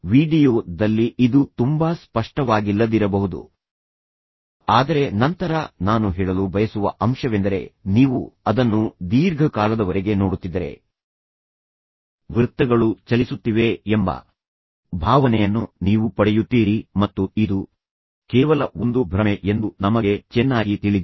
video ದಲ್ಲಿ ಇದು ತುಂಬಾ ಸ್ಪಷ್ಟವಾಗಿಲ್ಲದಿರಬಹುದು ಆದರೆ ನಂತರ ನಾನು ಹೇಳಲು ಬಯಸುವ ಅಂಶವೆಂದರೆ ನೀವು ಅದನ್ನು ದೀರ್ಘಕಾಲದವರೆಗೆ ನೋಡುತ್ತಿದ್ದರೆ ವೃತ್ತಗಳು ಚಲಿಸುತ್ತಿವೆ ಎಂಬ ಭಾವನೆಯನ್ನು ನೀವು ಪಡೆಯುತ್ತೀರಿ ಮತ್ತು ಇದು ಕೇವಲ ಒಂದು ಭ್ರಮೆ ಎಂದು ನಮಗೆ ಚೆನ್ನಾಗಿ ತಿಳಿದಿದೆ